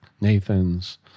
Nathan's